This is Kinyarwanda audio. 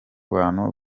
bantu